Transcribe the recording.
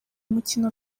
mukino